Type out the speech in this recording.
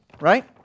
right